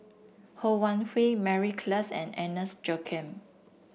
Ho Wan Hui Mary Klass and Agnes Joaquim